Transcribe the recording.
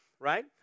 right